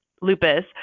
lupus